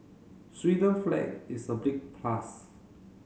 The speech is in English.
flag is a big plus